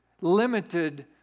limited